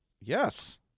Yes